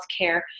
healthcare